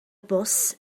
bws